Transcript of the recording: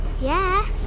Yes